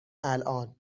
الان